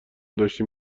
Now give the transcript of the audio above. داشتیم